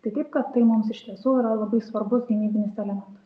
tai taip kad tai mums iš tiesų yra labai svarbus gynybinis elementas